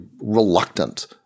reluctant